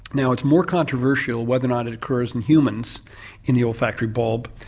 now it's more controversial whether or not it occurs in humans in the olfactory bulb.